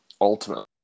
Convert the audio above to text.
ultimately